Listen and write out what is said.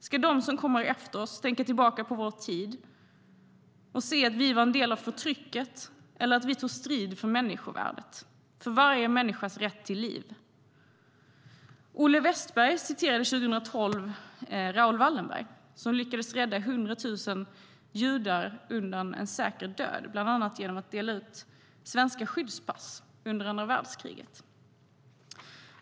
Ska de som kommer efter oss tänka tillbaka på vår tid och se att vi var en del av förtrycket eller ska de se att vi tog strid för människovärdet, för varje människas rätt till liv? Olle Wästberg citerade 2012 Raoul Wallenberg, som lyckades rädda 100 000 judar undan en säker död, bland annat genom att dela ut svenska skyddspass under andra världskriget.